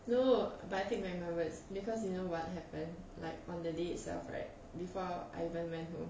no but I take back my words because you know what happen like on the day itself right before I even went home